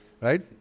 Right